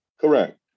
Correct